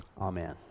Amen